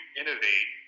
innovate